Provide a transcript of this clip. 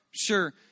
Sure